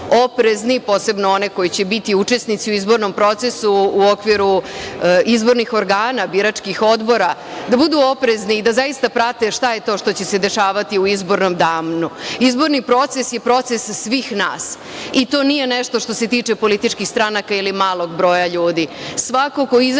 posebno one koji će biti učesnici u izbornom procesu u okviru izbornih organa, biračkih odbora, da budu oprezni i da zaista prate šta je to što će se dešavati u izbornom danu. Izborni proces je proces svih nas i to nije nešto što se tiče političkih stranaka ili malog broja ljudi.